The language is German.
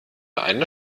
eine